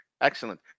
Excellent